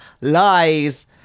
lies